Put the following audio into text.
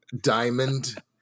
diamond